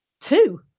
two